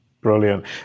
Brilliant